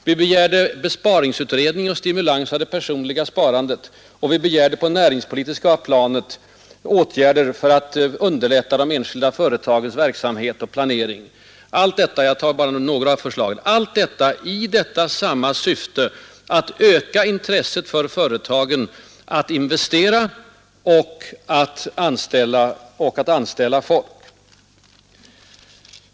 Vi begärde besparingsutredning och stimulans av det personliga sparandet, och vi begärde på det näringspolitiska planet åtgärder för att underlätta de enskilda företagens verksamhet och planering. Allt detta — och jag har nu ändå bara tagit några av förslagen — föreslogs i detta samma syfte, att öka intresset hos företagen för att investera och att anställa folk.